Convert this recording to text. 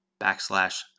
backslash